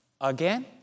again